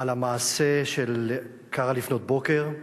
על המעשה שקרה לפנות בוקר,